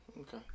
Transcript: Okay